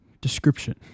Description